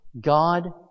God